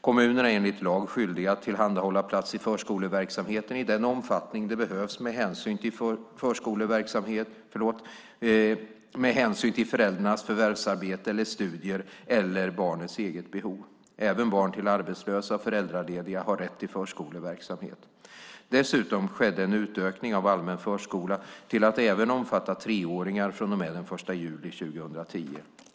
Kommunerna är enligt lag skyldiga att tillhandahålla plats i förskoleverksamhet i den omfattning det behövs med hänsyn till föräldrarnas förvärvsarbete eller studier eller barnets eget behov. Även barn till arbetslösa och föräldralediga har rätt till förskoleverksamhet. Dessutom skedde en utökning av allmän förskola till att även omfatta treåringar från och med den 1 juli 2010.